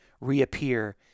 reappear